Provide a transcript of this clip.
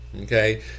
Okay